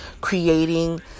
creating